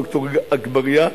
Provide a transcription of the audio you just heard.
ד"ר אגבאריה,